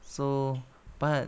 so but